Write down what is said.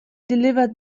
delivered